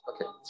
Okay